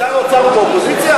שר האוצר באופוזיציה?